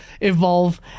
evolve